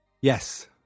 yes